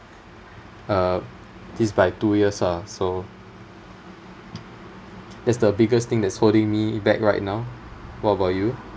uh this by two years lah so that's the biggest thing that's holding me back right now what about you